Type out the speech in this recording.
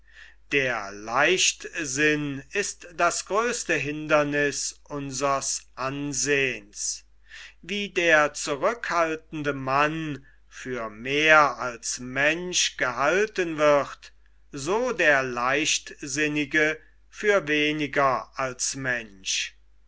der leichtsinn ist das größte hinderniß unsers ansehns wie der zurückhaltende mann für mehr als mensch gehalten wird so der leichtsinnige für weniger als mensch